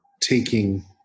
taking